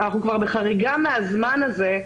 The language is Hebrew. אנחנו כבר בחריגה מהזמן הזה,